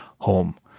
home